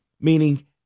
meaning